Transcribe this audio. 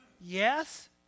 yes